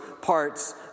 parts